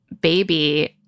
Baby